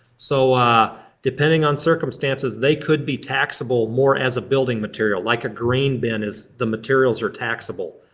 so depending on circumstances, they could be taxable more as a building material like a grain bin as the materials are taxable.